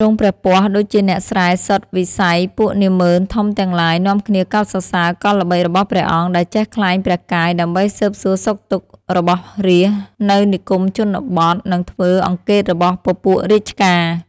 ទ្រង់ព្រះពស្ត្រដូចជាអ្នកស្រែសុទ្ធវិស័យពួកនាហ្មឺនធំទាំងឡាយ នាំគ្នាកោតសរសើរកលល្បិចរបស់ព្រះអង្គ ដែលចេះក្លែងព្រះកាយ ដើម្បីស៊ើបសួរសុខទុក្ខរបស់រាស្ត្រនៅនិគមជនបទ នឹងធ្វើអង្កេតរបស់ពពួករាជការ ។